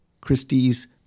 Christie's